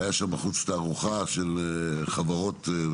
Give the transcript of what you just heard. הייתה שם בחוץ תערוכה של חברות כמובן,